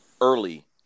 early